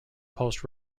post